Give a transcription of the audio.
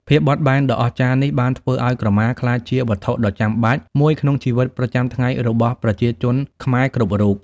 ភាពបត់បែនដ៏អស្ចារ្យនេះបានធ្វើឲ្យក្រមាក្លាយជាវត្ថុដ៏ចាំបាច់មួយក្នុងជីវិតប្រចាំថ្ងៃរបស់ប្រជាជនខ្មែរគ្រប់រូប។